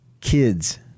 Kids